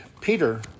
Peter